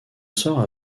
sort